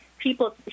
People